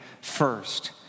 first